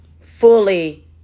fully